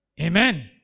Amen